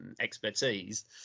expertise